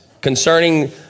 concerning